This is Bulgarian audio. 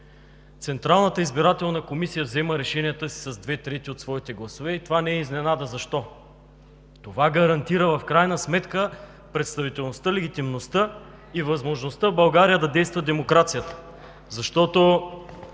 Централната избирателна комисия взема решенията си с две трети от своите гласове и това не е изненада. Защо? Това гарантира в крайна сметка представителността, легитимността и възможността в България да действа демокрацията. Защото